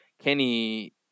Kenny